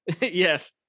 Yes